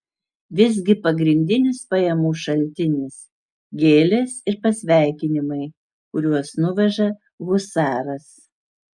visgi pagrindinis pajamų šaltinis gėlės ir pasveikinimai kuriuos nuveža husaras